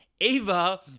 Ava